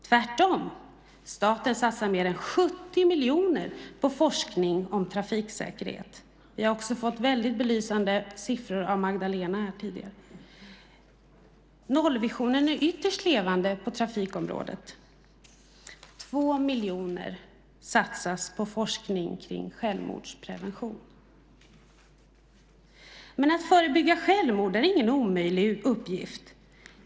Tvärtom - staten satsar mer än 70 miljoner på forskning om trafiksäkerhet. Vi har också fått belysande siffror av Magdalena. Nollvisionen är ytterst levande på trafikområdet. 2 miljoner satsas på forskning kring självmordsprevention. Men att förebygga självmord är ingen omöjlig uppgift.